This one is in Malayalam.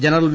general V